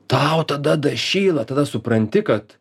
tau tada dašyla tada supranti kad